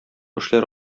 эшләре